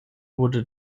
wurde